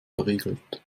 verriegelt